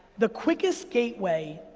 the quickest gateway,